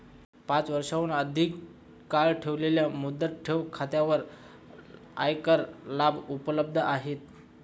पाच वर्षांहून अधिक काळ ठेवलेल्या मुदत ठेव खात्यांवर आयकर लाभ उपलब्ध आहेत